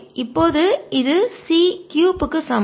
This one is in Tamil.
இப்போது இது c3 க்கு சமம்